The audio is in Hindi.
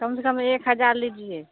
कम से कम एक हज़ार लीजिए